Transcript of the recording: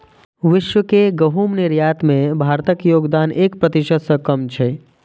विश्व के गहूम निर्यात मे भारतक योगदान एक प्रतिशत सं कम छै